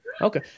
Okay